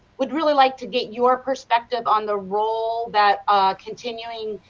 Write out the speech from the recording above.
would really like to get your perspective on the role, that continuing